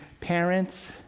parents